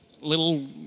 little